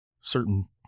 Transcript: certain